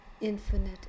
infinite